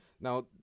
Now